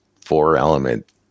four-element